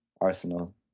Arsenal